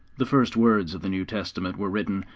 the first words of the new testament were written,